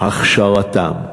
הכשרתם.